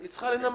היא צריכה לנמק.